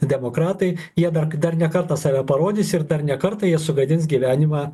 demokratai jie dar dar ne kartą save parodys ir dar ne kartą jie sugadins gyvenimą